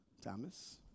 Thomas